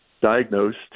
diagnosed